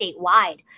statewide